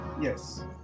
Yes